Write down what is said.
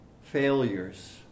failures